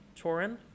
Torin